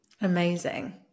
Amazing